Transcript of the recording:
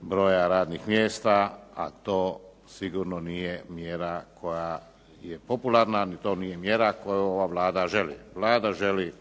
broja radnih mjesta, a to sigurno nije mjera koja je popularna, a ni to nije mjera koju ova Vlada želi. Vlada želi